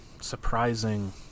surprising